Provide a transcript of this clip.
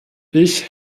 ich